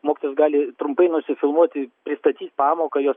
mokytojas gali trumpai nusifilmuoti pristatyt pamoką jos